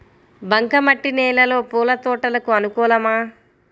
బంక మట్టి నేలలో పూల తోటలకు అనుకూలమా?